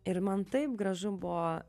ir man taip gražu buvo